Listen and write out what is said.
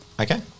okay